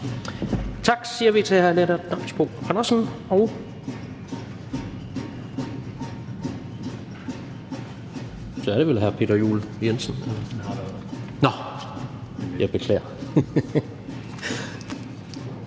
Tak siger vi til Karina